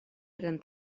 eren